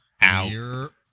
Out